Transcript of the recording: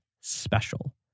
special